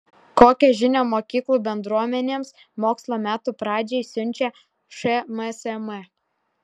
kokią žinią mokyklų bendruomenėms mokslo metų pradžiai siunčia šmsm